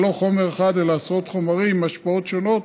זה לא חומר אחד אלא עשרות חומרים עם השפעות שונות,